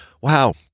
wow